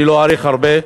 אני לא אאריך הרבה,